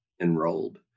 enrolled